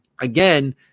again